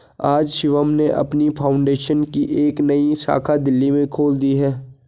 आज शिवम ने अपनी फाउंडेशन की एक नई शाखा दिल्ली में खोल दी है